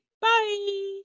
Bye